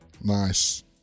nice